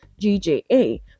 GJA